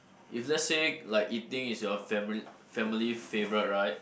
if let's say like eating is your family family favourite right